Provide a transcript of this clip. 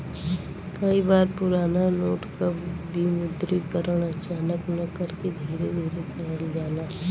कई बार पुराना नोट क विमुद्रीकरण अचानक न करके धीरे धीरे करल जाला